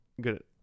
good